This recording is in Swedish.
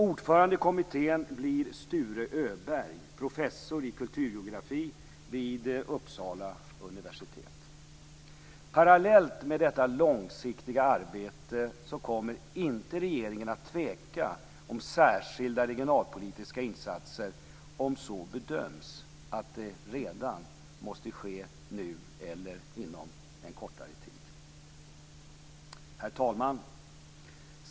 Ordförande i kommittén blir Sture Öberg, professor i kulturgeografi vid Uppsala universitet. Parallellt med detta långsiktiga arbete kommer regeringen inte att tveka om att göra särskilda regionalpolitiska insatser om det bedöms att sådana måste ske nu eller inom en kortare tid. Herr talman!